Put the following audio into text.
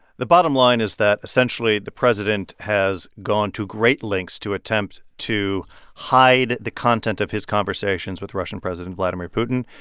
the bottom line is that essentially the president has gone to great lengths to attempt to hide the content of his conversations with russian president vladimir putin,